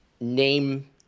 name